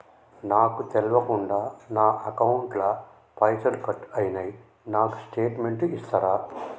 నాకు తెల్వకుండా నా అకౌంట్ ల పైసల్ కట్ అయినై నాకు స్టేటుమెంట్ ఇస్తరా?